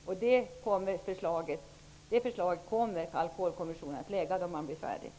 Alkoholkommissionen kommer att lägga fram det förslaget.